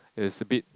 is a bit